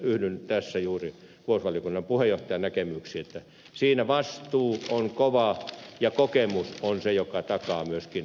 yhdyn tässä juuri puolustusvaliokunnan puheenjohtajan näkemyksiin että siinä vastuu on kova ja kokemus on se joka takaa myöskin onnistumisen